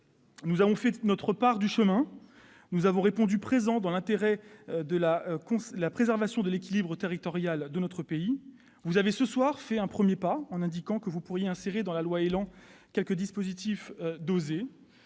Nous avons fait notre part du chemin. Nous avons répondu présents, dans l'intérêt de la préservation de l'équilibre territorial de notre pays. Vous avez, ce soir, fait un premier pas, en indiquant que vous pourriez insérer dans le projet de loi ÉLAN quelques dispositifs «